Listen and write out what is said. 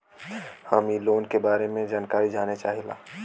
हम इ लोन के बारे मे जानकारी जाने चाहीला?